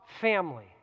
Family